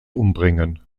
umbringen